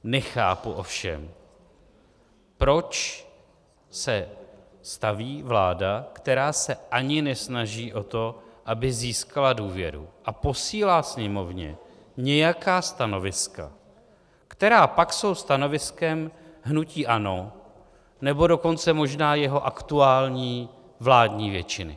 Nechápu ovšem, proč se staví vláda, která se ani nesnaží o to, aby získala důvěru, a posílá Sněmovně nějaká stanoviska, která pak jsou stanoviskem hnutí ANO, nebo dokonce jeho aktuální vládní většiny.